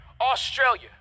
Australia